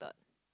but